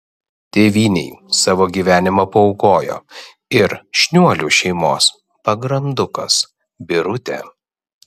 tėvynei savo gyvenimą paaukojo ir šniuolių šeimos pagrandukas birutė